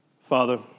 Father